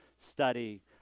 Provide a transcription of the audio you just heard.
study